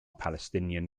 palestinian